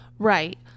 Right